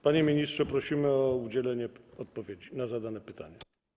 Panie ministrze, prosimy o udzielenie odpowiedzi na zadane pytania.